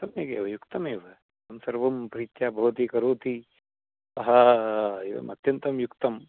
सम्यगेव युक्तमेव एवं सर्वं प्रीत्या भवती करोति एवमत्यन्तं युक्तम्